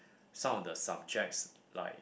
some of the subjects like